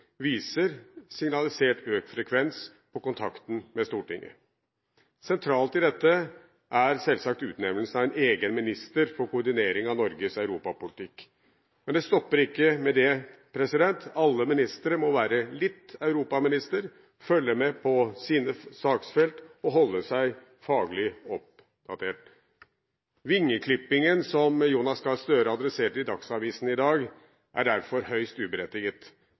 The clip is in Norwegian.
økt frekvens på kontakten med Stortinget. Sentralt i dette er selvsagt utnevnelsen av en egen minister for koordinering av Norges europapolitikk. Men det stopper ikke med det. Alle ministere må være litt europaminister, følge med på sine saksfelt og holde seg faglig oppdatert. Vingeklippingen som Jonas Gahr Støre adresserer i Dagsavisen i dag, er derfor høyst uberettiget.